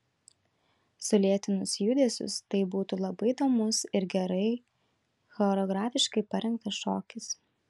sulėtinus judesius tai būtų labai įdomus ir gerai choreografiškai parengtas šokis